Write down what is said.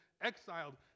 exiled